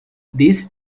this